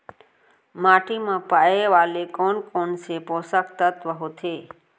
माटी मा पाए वाले कोन कोन से पोसक तत्व होथे?